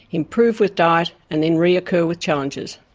improve with diet and then reoccur with challenges.